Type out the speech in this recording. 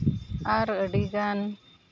ᱟᱨ ᱟᱹᱰᱤᱜᱟᱱ